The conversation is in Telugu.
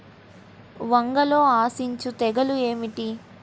వంగలో ఆశించు తెగులు ఏమిటి?